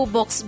Box